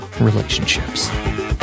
relationships